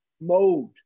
mode